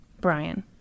Brian